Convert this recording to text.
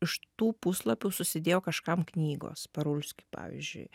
iš tų puslapių susidėjo kažkam knygos parulskiui pavyzdžiui